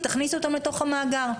תכניסו אותם לתוך המאגר.